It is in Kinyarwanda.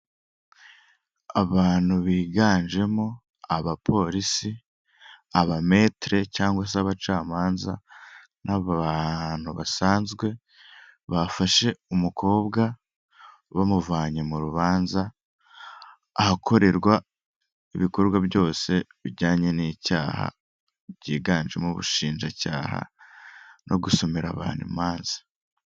Abantu biganjemo abapolisi abametere cyangwa se abacamanza, n'abantu basanzwe bafashe umukobwa bamuvanye mu rubanza, ahakorerwa ibikorwa byose bijyanye n'icyaha, byiganjemo ubushinjacyaha no gusomera abantu imanza.